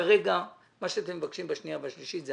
כרגע מה שאתם מבקשים בפעימה השנייה והשלישית,